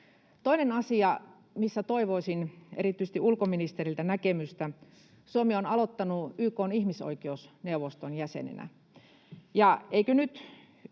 Toinen asia, missä toivoisin erityisesti ulkoministeriltä näkemystä: Suomi on aloittanut YK:n ihmisoikeusneuvoston jäsenenä.